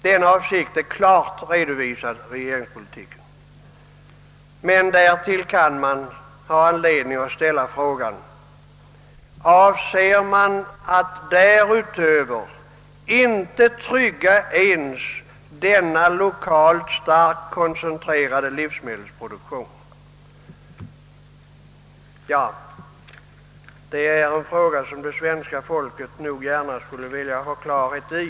Denna avsikt är klart redovisad i regeringspolitiken. Men därtill kan man ha rätt att ställa frågan: Avser man att därutöver inte trygga ens denna lokalt starkt koncentrerade livsmedelsproduktion? Ja, det är en fråga som svenska folket nog gärna skulle vilja ha klarhet i.